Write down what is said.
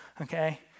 okay